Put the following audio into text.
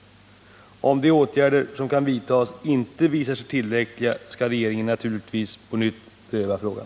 Om de åtgärder som kan vidtas inte visar sig tillräckliga, skall regeringen naturligtvis på nytt pröva frågan.